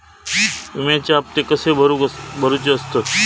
विम्याचे हप्ते कसे भरुचे असतत?